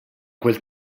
quel